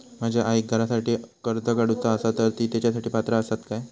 माझ्या आईक घरासाठी कर्ज काढूचा असा तर ती तेच्यासाठी पात्र असात काय?